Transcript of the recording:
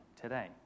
today